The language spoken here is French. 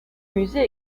musée